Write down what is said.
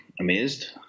amazed